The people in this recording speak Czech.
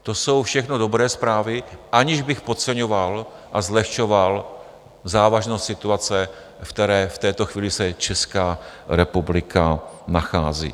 To jsou všechno dobré zprávy, aniž bych podceňoval a zlehčoval závažnost situace, v které v této chvíli se Česká republika nachází.